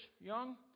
young